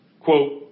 quote